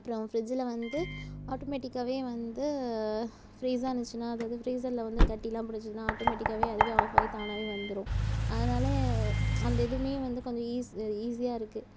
அப்புறம் ஃபிரிட்ஜில் வந்து ஆட்டோமெட்டிக்காவே வந்து ஃபிரீசாணுச்சுனால் அதாவது ஃபிரீசரில் வந்து கட்டிலாம் பிடுச்சுதுனா ஆட்டோமெட்டிக்காவே அதுவே ஆஃபாகி தானாகவே வந்துரும் அதனால அந்த இதுவுமே வந்து கொஞ்சம் ஈஸி ஈசியாயிருக்கு